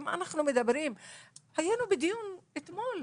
היינו בדיון אתמול,